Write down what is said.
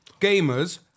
gamers